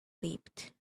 slipped